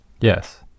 Yes